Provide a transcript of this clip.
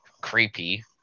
creepy